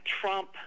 Trump